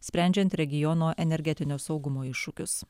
sprendžiant regiono energetinio saugumo iššūkius